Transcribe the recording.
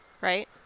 right